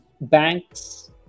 Banks